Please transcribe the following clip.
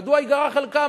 מדוע ייגרע חלקם?